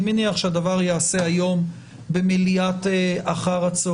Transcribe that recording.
אני מניח שהדבר ייעשה היום במליאת אחר-הצוהריים,